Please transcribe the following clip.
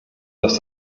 dass